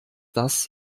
das